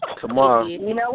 tomorrow